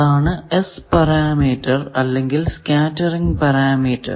അതാണ് S parameter അല്ലെങ്കിൽ scattering parameter